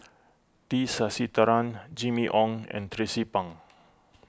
T Sasitharan Jimmy Ong and Tracie Pang